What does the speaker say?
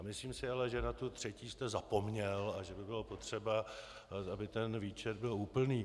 Myslím si ale, že na tu třetí jste zapomněl a že by bylo potřeba, aby ten výčet byl úplný.